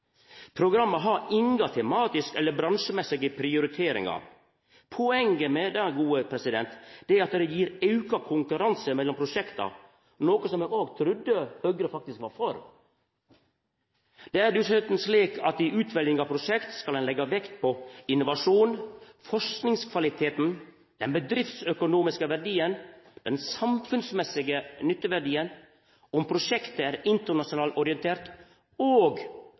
Programmet har utover det inga tematiske eller bransjemessige prioriteringar. Poenget med det er at det gir auka konkurranse mellom prosjekta, noko eg trudde Høgre var for. Det er dessutan slik at i utveljinga av prosjekt skal ein leggja vekt på innovasjon, forskingskvaliteten, den bedriftsøkonomiske verdien, den samfunnsmessige nytteverdien, om prosjektet er internasjonalt orientert, og